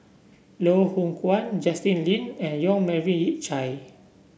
Loh Hoong Kwan Justin Lean and Yong Melvin Yik Chye